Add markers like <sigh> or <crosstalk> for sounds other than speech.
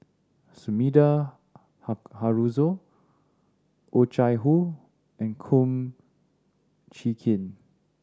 Sumida <unintelligible> Haruzo Oh Chai Hoo and Kum Chee Kin